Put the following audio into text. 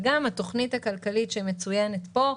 וגם התוכנית הכלכלית שמצוינת פה,